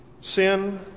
sin